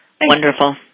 wonderful